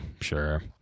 sure